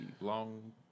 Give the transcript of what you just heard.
long